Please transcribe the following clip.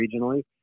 regionally